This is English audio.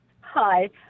Hi